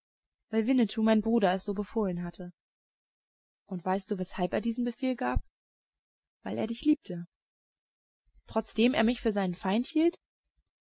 weil winnetou mein bruder es so befohlen hatte und weißt du weshalb er diesen befehl gab weil er dich liebte trotzdem er mich für seinen feind hielt